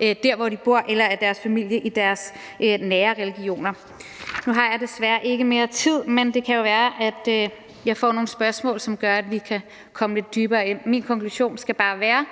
der, hvor de bor, eller af deres familie og i deres nære relationer. Nu har jeg desværre ikke mere tid, men det kan jo være, at jeg får nogle spørgsmål, som gør, at vi kan komme lidt dybere ind i det. Min konklusion skal bare være, at